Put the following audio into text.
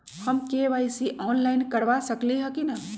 हम KYC online करवा सकली ह कि न?